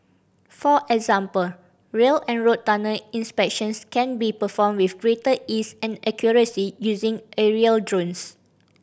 for example rail and road tunnel inspections can be performed with greater ease and accuracy using aerial drones